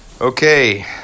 Okay